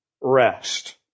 rest